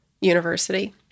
University